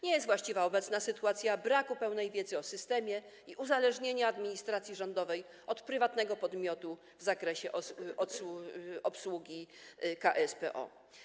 Nie jest właściwa obecna sytuacja braku pełnej wiedzy o systemie i uzależnienia administracji rządowej od prywatnego podmiotu w zakresie obsługi KSPO.